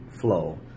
flow